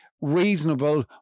reasonable